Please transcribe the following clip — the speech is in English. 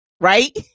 right